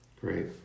Great